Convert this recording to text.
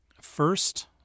First